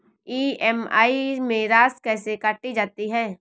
EMI में राशि कैसे काटी जाती है?